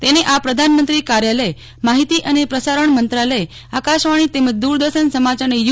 તેને આપ પ્રધાનમંત્રી કાર્યાલય માહિતી અને પ્રસારજ્ઞ મંત્રાલય આકાશવાજ્ઞી તેમજ દુરદર્શન સમાચારની યુ